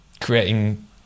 creating